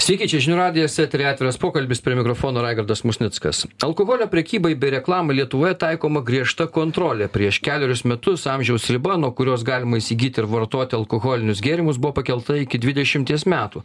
sveiki čia žinių radijas etery atviras pokalbis prie mikrofono raigardas musnickas alkoholio prekybai bei reklamai lietuvoje taikoma griežta kontrolė prieš kelerius metus amžiaus riba nuo kurios galima įsigyti ir vartoti alkoholinius gėrimus buvo pakelta iki dvidešimties metų